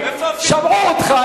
שמעו אותך,